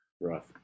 Rough